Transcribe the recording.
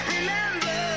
Remember